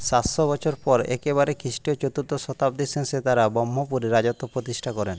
সাতশো বছর পর একেবারে খ্রিষ্টীয় চতুর্থ শতাব্দীর শেষে তারা ব্রহ্মপুরে রাজত্ব প্রতিষ্ঠা করেন